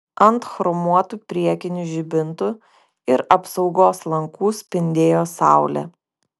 ant chromuotų priekinių žibintų ir apsaugos lankų spindėjo saulė